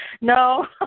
No